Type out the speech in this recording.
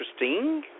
Interesting